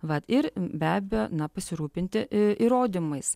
vat ir be abejo na pasirūpinti įrodymais